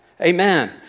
Amen